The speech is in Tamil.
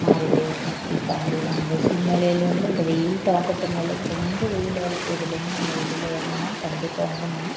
மாறிகிட்டே இருக்கும் இப்போ அது அந்த சூழ்நிலையிலிருந்து இந்த வெயில் தாக்கத்துனால் வந்து ரொம்ப வெயிலாக இருக்குது அதிலேருந்து நம்ம வெளியில் வரணுன்னா கண்டிப்பாக வந்து நம்ம